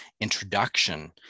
introduction